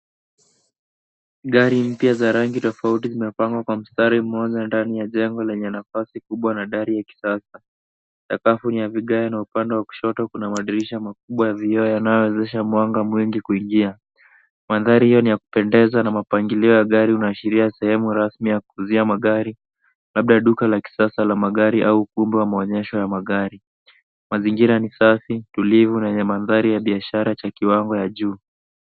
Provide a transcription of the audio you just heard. Gari mpya za rangi tofauti zimepangwa kwa mstari mmoja ndani ya jengo lenye nafasi kubwa na dari ya kisasa. Sakafu ni ya vigae na upande wa kushoto kuna amdirisha makubwa ya vioo yanayoruhusu mwanga mwingi kuingia. Mandhari haya ni ya kupendeza na mapangilio ya gari inaashiria sehemu rasmi ya kuuzia magari labda duka la kisasa la magari labda duka la kisasa la magari au ukumbi wa maonyesho ya magari. Mazingira ni safi, tulivu na yenye mandhari ya biashara cha kiwango ya juu.